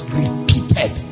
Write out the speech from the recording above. repeated